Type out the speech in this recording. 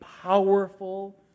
powerful